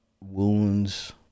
wounds